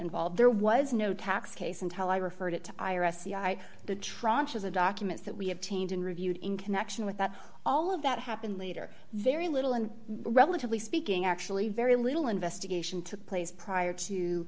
involved there was no tax case until i referred it to the tranche of the documents that we have been reviewed in connection with that all of that happened later very little and relatively speaking actually very little investigation took place prior to